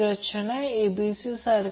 6 angle 60